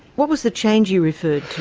what was the change you referred to?